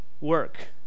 work